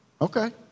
Okay